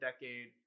decade